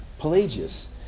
Pelagius